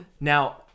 Now